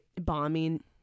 bombing